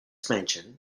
mansion